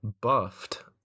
buffed